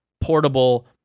portable